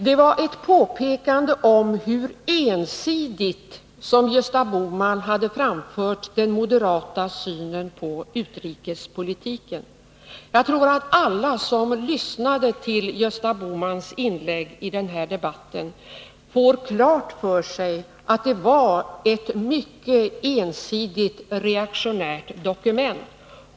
Det var ett påpekande om hur ensidigt Gösta Bohman hade framfört den moderata synen på utrikespolitiken. Jag tror att alla som lyssnade till Gösta Bohmans inlägg i den här debatten fått klart för sig att det var ett mycket ensidigt reaktionärt dokument.